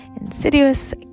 insidious